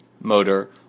motor